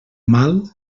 mal